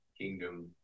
Kingdom